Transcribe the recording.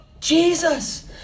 jesus